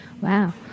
Wow